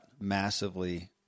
massively